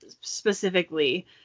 specifically